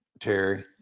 Terry